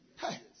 Hey